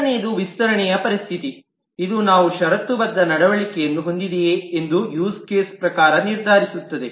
ಎರಡನೆಯದು ವಿಸ್ತರಣೆಯ ಪರಿಸ್ಥಿತಿ ಇದು ನಾವು ಷರತ್ತುಬದ್ಧ ನಡವಳಿಕೆಯನ್ನು ಹೊಂದಿದೆಯೆ ಎಂದು ಯೂಸ್ ಕೇಸ್ ಪ್ರಕಾರ ನಿರ್ಧರಿಸುತ್ತದೆ